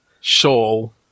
shawl